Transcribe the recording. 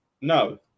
No